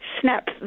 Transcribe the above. snap